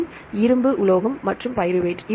heme இரும்பு உலோகம் மற்றும் பைருவேட்